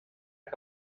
que